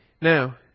Now